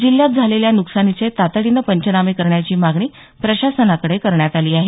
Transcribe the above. जिल्ह्यात झालेल्या नुकसानीचे तातडीनं पंचनामे करण्याची मागणी प्रशासनाकडे करण्यात आली आहे